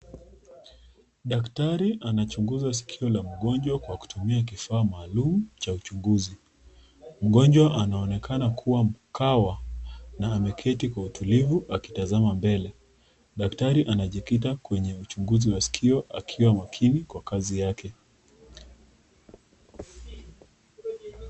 Daktari anachunguza skio la mgonjwa kwa kutumia kifaa maalum cha uchunguzi, mgonjwa anaonekana kuwa mkawa, na ameketi kwa utulivu akitazama mbele, daktari anajikita kwenye uchunguzi wa skio akiwa makini akiwa kazi yake.